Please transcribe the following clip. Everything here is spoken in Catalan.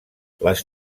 les